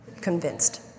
convinced